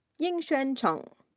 yingxuan cheng,